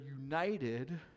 united